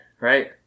right